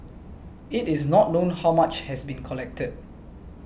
it is not known how much has been collected